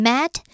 Matt